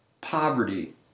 poverty